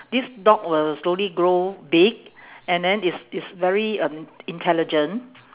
this dog will slowly grow big and then it's it's very um intelligent